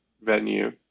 venue